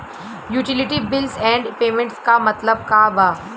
Utility bills and payments क मतलब का बा?